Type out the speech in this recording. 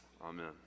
Amen